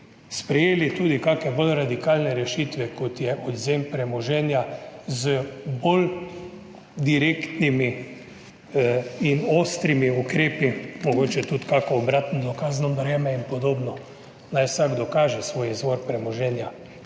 sprejeli tudi kakšne bolj radikalne rešitve kot je odvzem premoženja, z bolj direktnimi in ostrimi ukrepi, mogoče tudi kako obratno dokazno breme ipd. Naj vsak dokaže svoj izvor premoženja